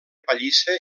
pallissa